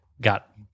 got